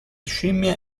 scimmie